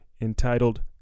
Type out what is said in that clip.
entitled